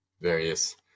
various